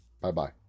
Bye-bye